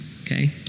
Okay